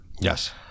Yes